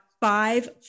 five